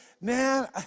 man